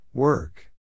Work